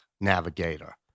Navigator